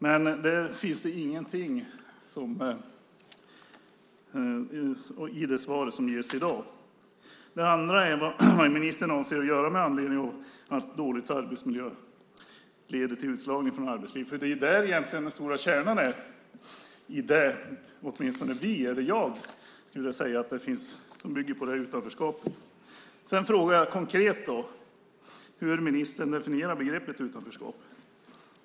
Men det finns ingenting om detta i dagens svar. Den andra frågan är vad ministern avser att göra med anledning av att dålig arbetsmiljö leder till utslagning från arbetslivet. Det är där kärnan är. Åtminstone jag skulle vilja säga att det bygger på utanförskapet. Jag frågar konkret hur ministern definierar begreppet utanförskap.